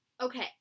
okay